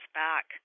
back